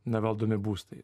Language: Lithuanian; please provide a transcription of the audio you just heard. nevaldomi būstai